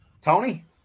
Tony